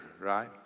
right